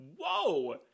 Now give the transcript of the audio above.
whoa